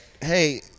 hey